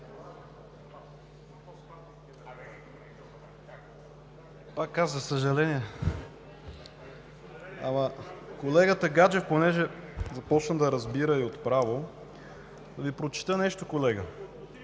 Пак аз, за съжаление. Колегата Гаджев, понеже започна да разбира и от право, да Ви прочета нещо, колега: